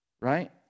Right